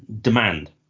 demand